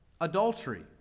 adultery